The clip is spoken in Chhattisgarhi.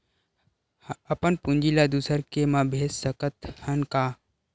अपन पूंजी ला दुसर के मा भेज सकत हन का?